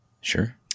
Sure